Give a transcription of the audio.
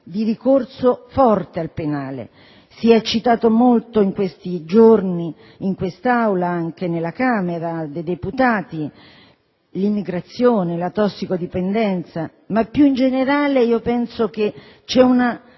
di ricorso forte al penale. Si sono citate molto spesso in questi giorni, in quest'Aula e anche alla Camera dei deputati, l'immigrazione e la tossicodipendenza. Più in generale, penso che vi sia